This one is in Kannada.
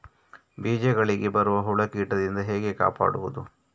ಬೀಜಗಳಿಗೆ ಬರುವ ಹುಳ, ಕೀಟದಿಂದ ಹೇಗೆ ಕಾಪಾಡುವುದು?